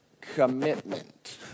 commitment